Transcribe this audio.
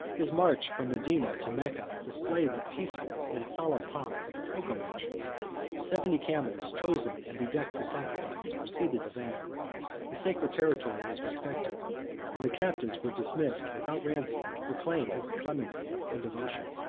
his march from medina to mecca displayed the peaceful and solemn pomp of a pilgrimage seventy camels, chosen and bedecked for sacrifice, preceded the van the sacred territory was respected and the captives were dismissed without ransom to proclaim his clemency and devotion.